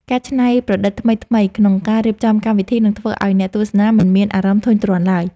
ការច្នៃប្រឌិតថ្មីៗ ក្នុងការរៀបចំកម្មវិធីនឹងធ្វើឱ្យអ្នកទស្សនាមិនមានអារម្មណ៍ធុញទ្រាន់ឡើយ។